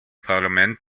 parlament